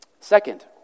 Second